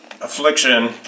affliction